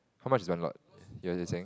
how much is one lot you you're saying